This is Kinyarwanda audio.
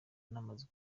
namaze